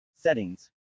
settings